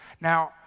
Now